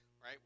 right